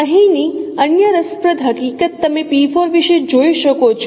અહીંની અન્ય રસપ્રદ હકીકત તમે વિશે જોઈ શકો છો